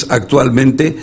actualmente